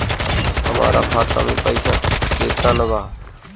हमरा खाता में पइसा केतना बा?